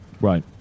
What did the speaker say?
Right